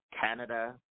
Canada